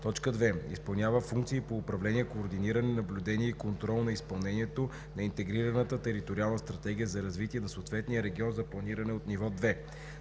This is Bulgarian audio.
2; 2. изпълнява функции по управление, координиране, наблюдение и контрол на изпълнението на интегрираната териториална стратегия за развитие на съответния регион за планиране от ниво 2;